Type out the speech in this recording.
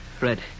Red